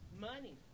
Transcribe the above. Money